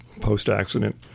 post-accident